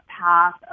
path